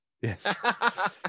Yes